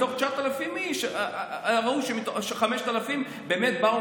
מתוך 9,000 איש ראו ש-5,000 באמת באו